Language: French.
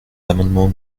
l’amendement